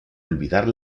olvidar